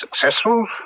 successful